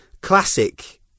classic